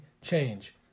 change